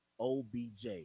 OBJ